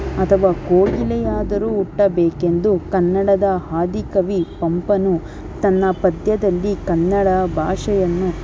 ಅಥವಾ ಕೋಗಿಲೆಯಾದರೂ ಹುಟ್ಟಬೇಕೆಂದು ಕನ್ನಡದ ಆದಿಕವಿ ಪಂಪನು ತನ್ನ ಪದ್ಯದಲ್ಲಿ ಕನ್ನಡ ಭಾಷೆಯನ್ನು